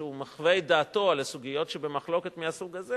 כשהוא מחווה את דעתו על הסוגיות שבמחלוקת מהסוג הזה,